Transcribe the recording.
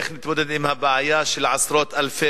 איך להתמודד עם הבעיה של עשרות אלפי